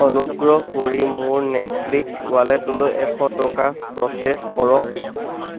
অনুগ্ৰহ কৰি মোৰ নেটফ্লিক্স ৱালেটলৈ এশ টকা প্ৰ'চেছ কৰক